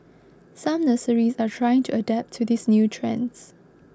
some nurseries are trying to adapt to these new trends